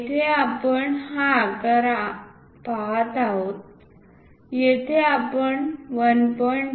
येथे आपण हा आकार पाहत आहोत येथे आपण 1